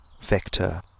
vector